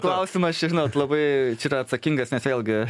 klausimas čia žinot labai čia yra atsakingas nes vėlgi